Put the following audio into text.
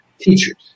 teachers